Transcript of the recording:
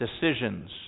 decisions